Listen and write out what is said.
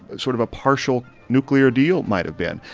sort of a partial nuclear deal might have been.